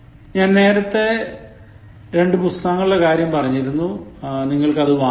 ഞാൻ നേരത്തെ രണ്ടു പുസ്തകങ്ങളുടെ കാര്യം പറഞ്ഞിരുന്നു നിങ്ങൾക്ക് അത് വാങ്ങാം